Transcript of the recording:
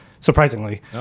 surprisingly